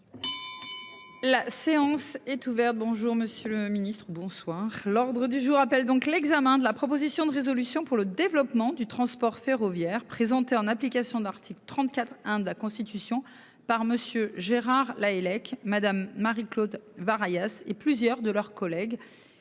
La séance est ouverte. Bonjour monsieur le Ministre bonsoir. L'ordre du jour appelle donc l'examen de la proposition de résolution. Pour le développement du transport ferroviaire présenté en application de l'article 34 1 de la Constitution par monsieur Gérard Lahellec Madame Marie-Claude va. Et plusieurs de leurs collègues.